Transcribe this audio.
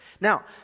Now